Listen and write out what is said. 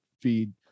feed